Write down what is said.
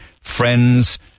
friends